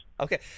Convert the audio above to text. Okay